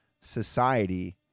society